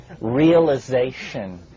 realization